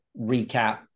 recap